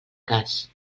cas